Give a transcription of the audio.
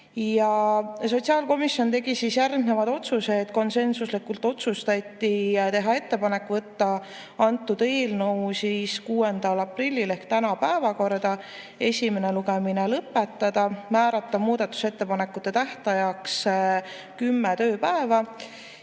Sotsiaalkomisjon tegi järgmised otsused. Konsensuslikult otsustati teha ettepanek võtta see eelnõu 6. aprillil ehk täna päevakorda, esimene lugemine lõpetada, määrata muudatusettepanekute tähtajaks kümme tööpäeva